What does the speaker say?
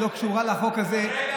וזה לא קשור לחוק הזה,